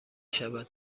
شود